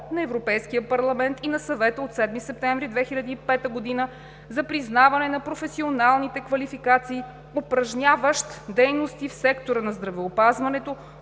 на Европейския парламент и на Съвета от 7 септември 2005 г. за признаване на професионалните квалификации, упражняващ дейности в сектора на здравеопазването,